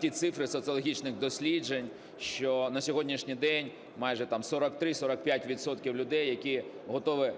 ті цифри соціологічних досліджень, що на сьогоднішній день майже там 43-45 відсотків людей, які готові